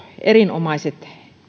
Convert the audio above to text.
erinomaiset